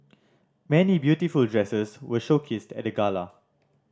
many beautiful dresses were showcased at the gala